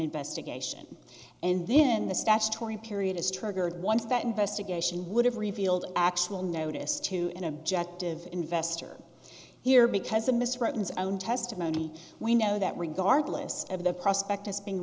investigation and then the statutory period is triggered once that investigation would have revealed actual notice to an objective investor here because the misratah his own testimony we know that regardless of the prospect has been